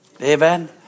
Amen